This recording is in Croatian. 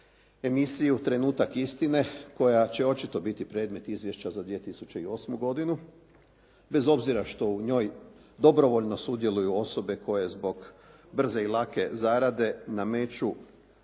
emisiju «Trenutak istine» koja će očito biti predmet izvješća za 2008. godinu bez obzira što u njoj dobrovoljno sudjeluju osobe koje zbog brze i lake zarade nameću